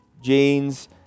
jeans